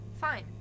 Fine